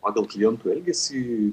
pagal klientų elgesį